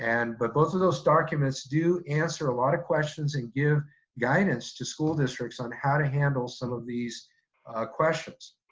and but both of those documents do answer a lot of questions and give guidance to school districts on how to handle some of these questions.